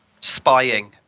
spying